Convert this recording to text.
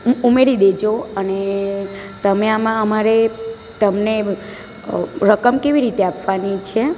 ઉમેરી દેજો અને તમે આમાં અમારે તમને રકમ કેવી રીતે આપવાની છે